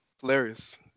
Hilarious